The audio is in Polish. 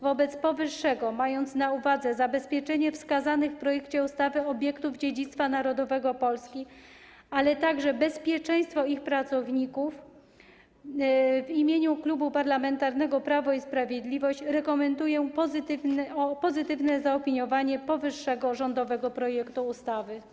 Wobec powyższego, mając na uwadze zabezpieczenie wskazanych w projekcie ustawy obiektów dziedzictwa narodowego Polski, ale także bezpieczeństwo ich pracowników, w imieniu Klubu Parlamentarnego Prawo i Sprawiedliwość rekomenduję pozytywne zaopiniowanie powyższego rządowego projektu ustawy.